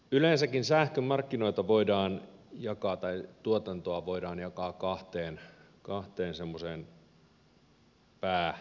yleensäkin sähköntuotantoa voidaan jakaa kahteen päälokeroon